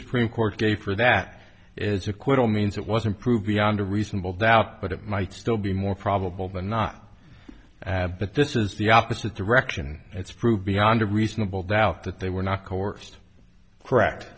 supreme court gave for that is acquittal means it was improved beyond a reasonable doubt but it might still be more probable than not ab that this is the opposite direction it's proved beyond a reasonable doubt that they were not coerced correct